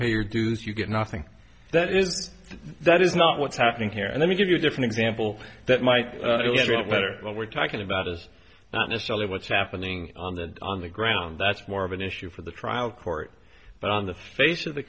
pay your dues you get nothing that is that is not what's happening here and let me give you a different example that might be a better when we're talking about is not necessarily what's happening on the ground that's more of an issue for the trial court but on the face of the